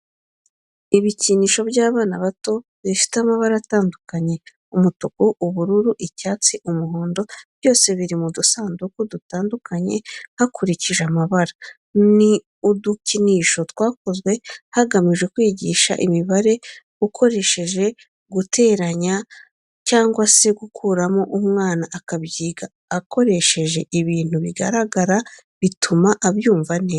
Ibikinisho by'abana bato bifite amabara atandukanye umutuku, ubururu, icyatsi n'umuhondo byose biri mu dusanduku dutandukanye hakurikije amabara. Ni udukinisho twakozwe hagamijwe kwigisha imibare ukoresheje guteranya cyangwa se gukuramo umwana akabyiga akoresheje ibintu bigaragara bituma abyumva neza.